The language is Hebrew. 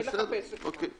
אין לך פסק זמן.